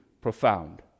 profound